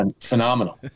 Phenomenal